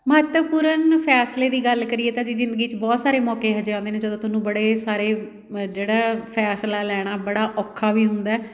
ਮਹੱਤਵਪੂਰਨ ਫੈਸਲੇ ਦੀ ਗੱਲ ਕਰੀਏ ਤਾਂ ਜਿ ਜ਼ਿੰਦਗੀ 'ਚ ਬਹੁਤ ਸਾਰੇ ਮੌਕੇ ਇਹੋ ਜਿਹੇ ਆਉਂਦੇ ਨੇ ਜਦੋਂ ਤੁਹਾਨੂੰ ਬੜੇ ਸਾਰੇ ਜਿਹੜਾ ਫੈਸਲਾ ਲੈਣਾ ਬੜਾ ਔਖਾ ਵੀ ਹੁੰਦਾ